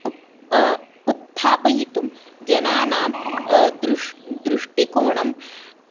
उप् उत्थापयितुं जनानां दृष् दृष्टिकोनं